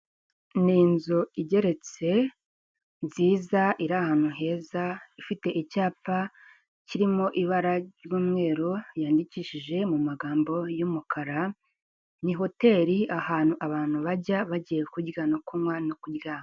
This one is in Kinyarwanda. Ni inzu igeretse, nziza iri ahantu heza ifite icyapa kirimo ibara ry'umweru, yandikishije mu magambo y'umukara, ni hoteli ahantu abantu bajya bagiye kurya no kunywa no kuryama.